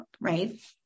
Right